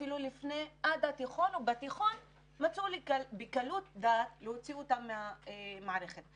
אפילו לפני, ובתיכון הוציאו אותם מהמערכת בקלות.